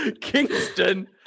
Kingston